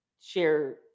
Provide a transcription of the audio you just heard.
share